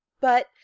But—